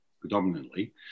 predominantly